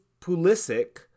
Pulisic